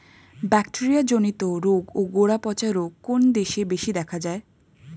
Bacteria জনিত রোগ ও গোড়া পচা রোগ কোন দেশে বেশি দেখা যায়?